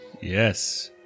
yes